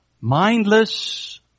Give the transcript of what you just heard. mindless